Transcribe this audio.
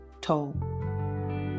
toll